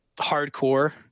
hardcore